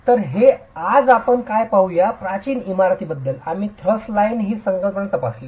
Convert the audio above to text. तर ते आहे आज आपण काय पाहूया प्राचीन इमारती प्रणाल्यांबद्दल आम्ही थ्रस्ट लाइनची ही संकल्पना तपासली